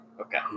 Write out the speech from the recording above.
okay